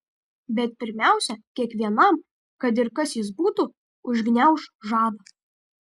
bet pirmiausia kiekvienam kad ir kas jis būtų užgniauš žadą